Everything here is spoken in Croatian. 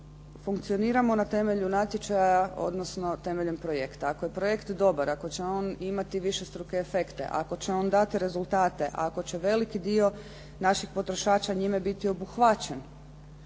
Funkcioniramo na temelju natječaja odnosno temeljem projekta. Ako je projekt dobar, ako će on imati višestruke efekte, ako će on dati rezultate, ako će veliki dio naših potrošača njime biti obuhvaćen